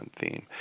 theme